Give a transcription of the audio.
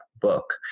book